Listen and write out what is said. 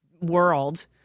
world